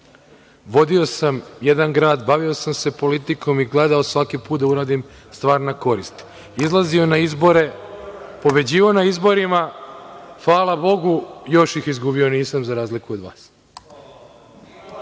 Vodio sam jedan grad, bavio sam se politikom, i gledao sam svaki put da uradim stvar na korist. Izlazio na izbore, pobeđivao na izborima, fala Bogu, još ih izgubio nisam, za razliku od